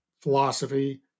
philosophy